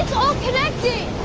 connected!